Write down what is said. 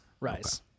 Rise